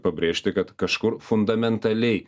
pabrėžti kad kažkur fundamentaliai